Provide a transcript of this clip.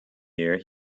year